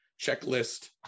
checklist